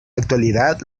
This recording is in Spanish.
actualidad